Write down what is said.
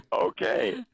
Okay